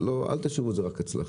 אל תשאירו את זה רק אצלכם,